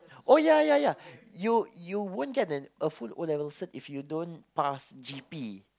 oh yeah yeah yeah you you won't get the a full O-level cert if you don't pass G_P